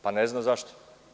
Pa ne znam zašto.